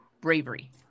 Bravery